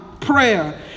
prayer